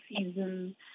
season